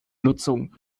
nutzung